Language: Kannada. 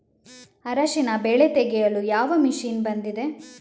ಅರಿಶಿನ ಬೆಳೆ ತೆಗೆಯಲು ಯಾವ ಮಷೀನ್ ಬಂದಿದೆ?